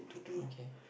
okay